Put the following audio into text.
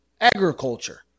agriculture